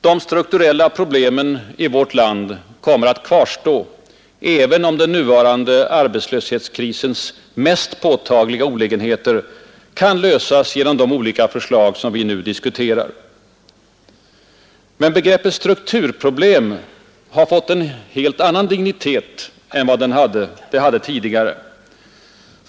De strukturella problemen i vårt land kommer att kvarstå, även om den nuvarande arbetslöshetskrisens mest påtagliga olägenheter kan lösas genom de olika förslag som vi nu diskuterar. Men begreppet ”strukturproblem” har fått en helt annan dignitet än vad det hade tidigare.